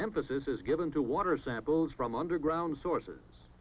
emphasis is given to water samples from underground sources